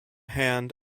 hand